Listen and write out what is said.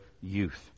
youth